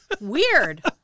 Weird